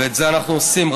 ואת זה אנחנו עושים.